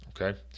Okay